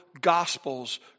Gospels